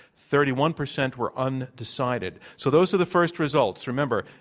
thirty one percent were undecided. so, those are the first results. remember,